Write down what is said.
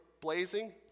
blazing